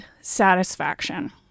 satisfaction